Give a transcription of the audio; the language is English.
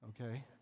okay